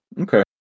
Okay